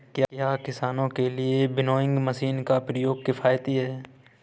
क्या किसानों के लिए विनोइंग मशीन का प्रयोग किफायती है?